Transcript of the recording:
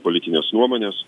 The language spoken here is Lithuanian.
politines nuomones